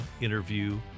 interview